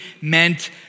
meant